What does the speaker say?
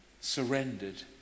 Surrendered